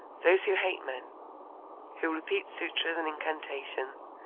those who hate men who repeat sutras and incantations,